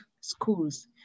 schools